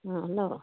ꯎꯝ hello